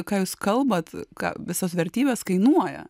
ką jūs kalbat ką visos vertybės kainuoja